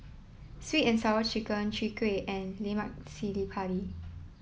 Sweet and Sour Chicken Chwee Kueh and Lemak Cili Padi